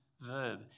verb